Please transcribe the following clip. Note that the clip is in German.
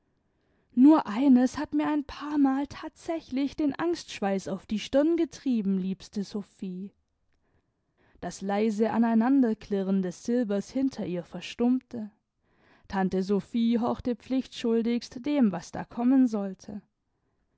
nur eines hat mir ein paarmal thatsächlich den angstschweiß auf die stirn getrieben liebste sophie das leise aneinanderklirren des silbers hinter ihr verstummte tante sophie horchte pflichtschuldigst dem was da kommen sollte